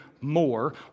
more